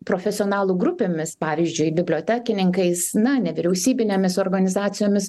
profesionalų grupėmis pavyzdžiui bibliotekininkais na nevyriausybinėmis organizacijomis